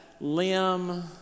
limb